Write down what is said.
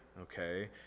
okay